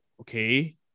okay